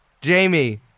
Jamie